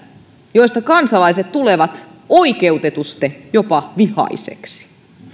joista kansalaiset tulevat oikeutetusti jopa vihaisiksi